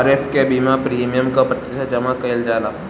खरीफ के बीमा प्रमिएम क प्रतिशत जमा कयील जाला?